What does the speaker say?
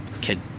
kid